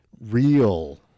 real